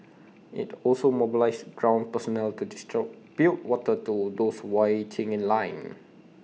IT also mobilised ground personnel to build water to those waiting in line